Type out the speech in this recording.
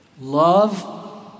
Love